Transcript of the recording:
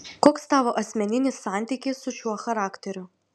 koks tavo asmeninis santykis su šiuo charakteriu